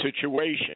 situation